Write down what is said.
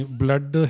blood